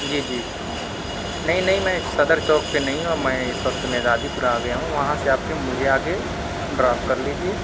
جی جی نہیں نہیں میں صدر چوک پہ نہیں ہوں میں اِس وقت میزادی پورہ آ گیا ہوں وہاں سے آکے مجھے آ کے ڈراپ کر لیجیے